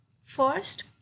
first